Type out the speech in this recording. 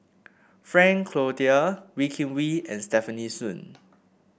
Frank Cloutier Wee Kim Wee and Stefanie Sun